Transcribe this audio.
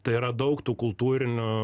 tai yra daug tų kultūrinių